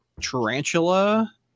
Tarantula